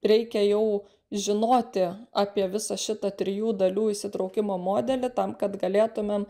reikia jau žinoti apie visą šitą trijų dalių įsitraukimo modelį tam kad galėtumėm